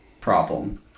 problem